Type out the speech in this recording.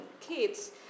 kids